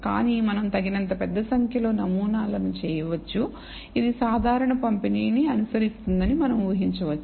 కానీ మనం తగినంత పెద్ద సంఖ్యలో నమూనాలను చేయవచ్చు ఇది సాధారణ పంపిణీని అనుసరిస్తుందని మనం ఊహించవచ్చు